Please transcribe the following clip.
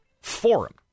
Forum